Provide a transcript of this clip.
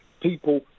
People